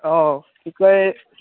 অঁ কি কয় এই